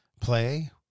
play